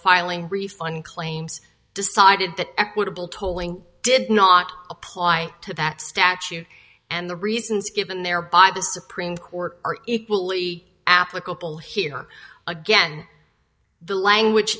filing briefs and claims decided that equitable tolling did not apply to that statute and the reasons given there by the supreme court are equally applicable here again the language